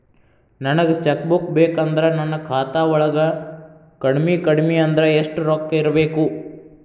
ನನಗ cheque book ಬೇಕಂದ್ರ ನನ್ನ ಖಾತಾ ವಳಗ ಕಡಮಿ ಕಡಮಿ ಅಂದ್ರ ಯೆಷ್ಟ್ ರೊಕ್ಕ ಇರ್ಬೆಕು?